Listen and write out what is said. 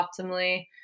optimally